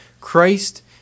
Christ